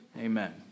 amen